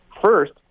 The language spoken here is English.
first